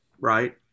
right